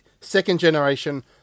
second-generation